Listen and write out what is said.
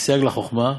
וסייג לחוכמה?